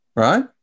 Right